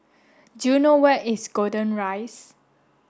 do you know where is Golden Rise